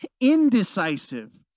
indecisive